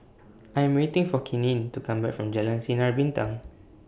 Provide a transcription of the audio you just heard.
I Am waiting For Keenen to Come Back from Jalan Sinar Bintang